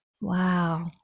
Wow